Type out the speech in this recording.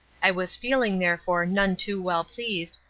i was feeling, therefore, none too well pleased,